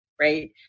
right